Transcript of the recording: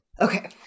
Okay